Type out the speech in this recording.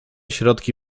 środki